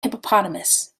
hippopotamus